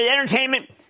entertainment